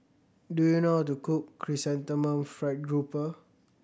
do you know how to cook Chrysanthemum Fried Grouper